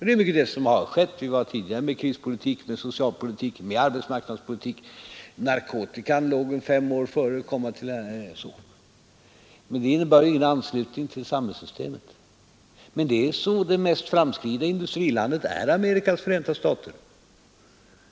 Det är vad som tidigare skett i fråga om prispolitik, socialpolitik, arbetsmarknadspolitik och narkotikan, som de hade problem med fem år innan den kom till vårt land. Men det innebar ingen anslutning till samhällssystemet. Men faktum är att det mest framskridna industrilandet är Amerikas förenta stater.